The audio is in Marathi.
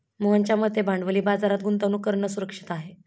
मोहनच्या मते भांडवली बाजारात गुंतवणूक करणं सुरक्षित आहे